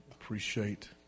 appreciate